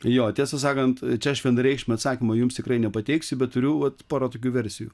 jo tiesą sakant čia aš vienareikšmio atsakymo jums tikrai nepateiksiu bet turiu vat porą tokių versijų